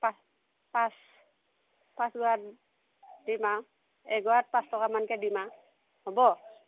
পাঁচ পাঁচ পাঁচ দিম আৰু এগৰাত পাঁচটকামানকৈ দিম আৰু হ'ব